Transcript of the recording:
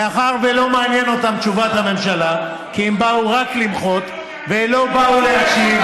מאחר שלא מעניינת אותן תשובת הממשלה כי הן באו רק למחות ולא באו להשיב,